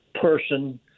person